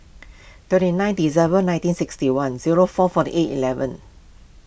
twenty nine December nineteen sixty one zero four forty eight eleven